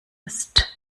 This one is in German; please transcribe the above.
ist